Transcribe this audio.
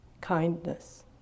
Kindness